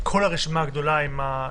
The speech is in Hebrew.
כל הרשימה הגדולה עם הנושאים?